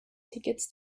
tickets